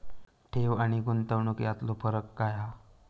ठेव आनी गुंतवणूक यातलो फरक काय हा?